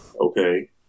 Okay